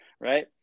Right